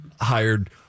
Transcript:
hired